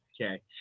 Okay